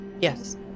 Yes